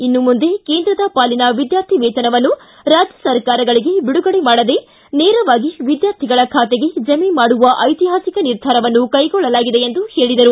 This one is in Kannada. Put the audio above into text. ಇನ್ನು ಮುಂದೆ ಕೇಂದ್ರದ ಪಾಲಿನ ವಿದ್ಯಾರ್ಥಿ ವೇತನವನ್ನು ರಾಜ್ಯ ಸರ್ಕಾರಗಳಿಗೆ ಬಿಡುಗಡೆ ಮಾಡದೆ ನೇರವಾಗಿ ವಿದ್ಯಾರ್ಥಿಗಳ ಖಾತೆಗೆ ಜಮೆ ಮಾಡುವ ಐತಿಹಾಸಿಕ ನಿರ್ಧಾರವನ್ನು ಕೈಗೊಳ್ಳಲಾಗಿದೆ ಎಂದರು